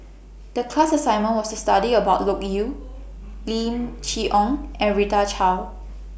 The class assignment was to study about Loke Yew Lim Chee Onn and Rita Chao